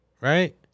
Right